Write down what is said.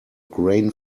grain